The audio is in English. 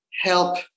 help